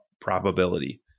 probability